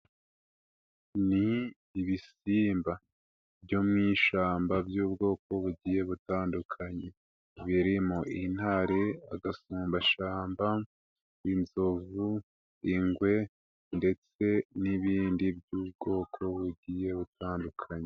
Ni ibisimba byo mu ishyamba by'ubwoko bugiye butandukanye birimo intare, agasumbashyamba, inzovu, ingwe ndetse n'ibindi by'ubwoko bugiye butandukanye.